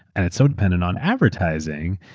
and it's so dependent on advertising.